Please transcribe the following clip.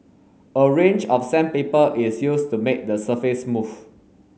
a range of sandpaper is used to make the surface smooth